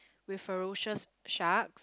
with ferocious shark